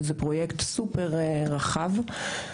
מדובר בפרויקט רחב מאוד.